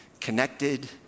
connected